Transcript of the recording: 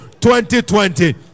2020